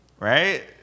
Right